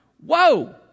Whoa